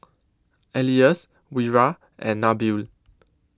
Elyas Wira and Nabil